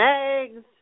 eggs